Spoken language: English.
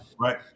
right